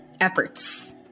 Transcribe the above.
efforts